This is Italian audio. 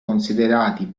considerati